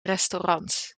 restaurants